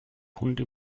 hunde